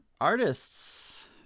artists